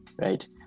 right